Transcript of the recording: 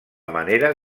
manera